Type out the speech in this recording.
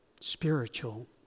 spiritual